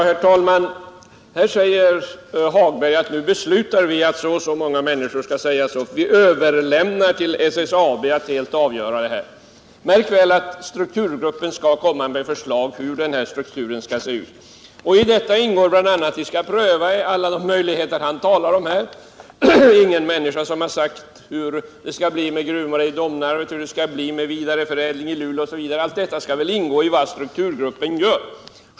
Herr talman! Lars-Ove Hagberg säger att nu beslutar vi att så och så många människor skall sägas upp, vi överlämnar åt SSAB att helt avgöra detta. Märk väl att strukturgruppen skall lägga förslag om hur strukturen skall se ut. I det arbetet ingår bl.a. att den skall pröva alla de möjligheter som Lars-Ove Hagberg talar om. Ingen människa har sagt hur det skall bli med gruvorna, med Domnarvet, hur det skall bli med vidareförädlingen i Luleå osv. — allt detta skall ingå i strukturgruppens arbete.